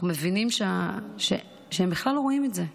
אנחנו מבינים שהם בכלל לא רואים את זה,